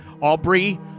Aubrey